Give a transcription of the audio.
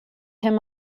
him